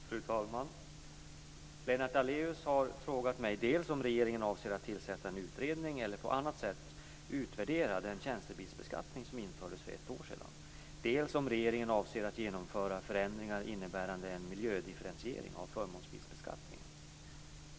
Fru talman! Lennart Daléus har frågat mig dels om regeringen avser att tillsätta en utredning eller på annat sätt utvärdera den tjänstebilsbeskattning som infördes för ett år sedan, dels om regeringen avser att genomföra förändringar innebärande en miljödifferentiering av förmånsbilsbeskattningen.